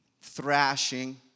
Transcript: thrashing